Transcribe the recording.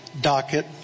docket